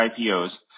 IPOs